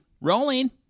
Rolling